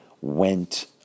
went